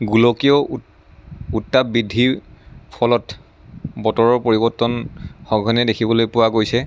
গোলকীয় উত উত্তাপ বৃদ্ধিৰ ফলত বতৰৰ পৰিৱৰ্তন সঘনে দেখিবলৈ পোৱা গৈছে